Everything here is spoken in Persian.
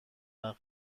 وقت